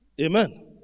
Amen